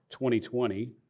2020